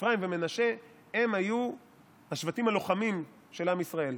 אפרים ומנשה, היו השבטים הלוחמים של עם ישראל.